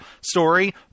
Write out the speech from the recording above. story